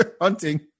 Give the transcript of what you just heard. hunting